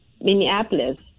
Minneapolis